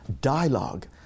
dialogue